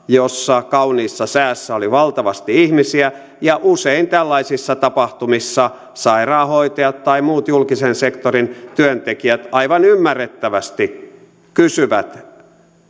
jossa kauniissa säässä oli valtavasti ihmisiä ja usein tällaisissa tapahtumissa sairaanhoitajat tai muut julkisen sektorin työntekijät aivan ymmärrettävästi kysyvät